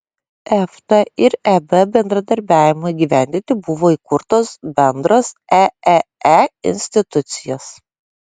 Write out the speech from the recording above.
efta ir eb bendradarbiavimui įgyvendinti buvo įkurtos bendros eee institucijos